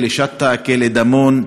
כלא שאטה, כלא דמון,